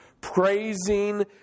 praising